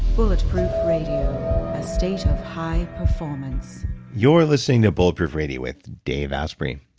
bulletproof radio, a state of high performance you're listening to bulletproof radio with dave asprey.